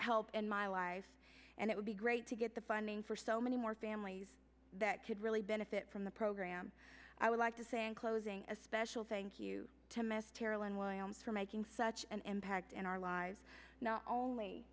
help in my life and it would be great to get the funding for so many more families that could really benefit from the program i would like to say in closing a special thank you to miss tara lynn williams for making such an impact in our lives not only